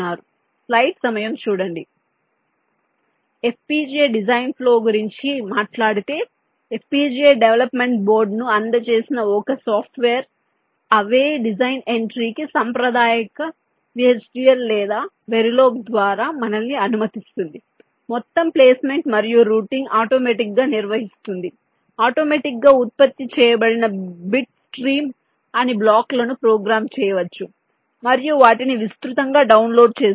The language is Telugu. FPGA డిజైన్ ఫ్లో గురించి మాట్లాడితే FPGA డెవలప్మెంట్ బోర్డ్లు ను అందచేసిన ఒక సాఫ్ట్వేర్ అవే డిజైన్ ఎంట్రీ కి సాంప్రదాయిక VHDL లేదా Verilog ద్వారా మనల్ని అనుమతిస్తుంది మొత్తం ప్లేస్మెంట్ మరియు రూటింగ్ ఆటోమేటిక్ గా నిర్వహిస్తుంది ఆటోమేటిక్ గా ఉత్పత్తి చేయబడిన బిట్ స్ట్రీమ్ అన్ని బ్లాక్లను ప్రోగ్రామ్ చేయవచ్చు మరియు వాటిని విస్తృతంగా డౌన్లోడ్ చేసుకోవచ్చు